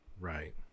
Right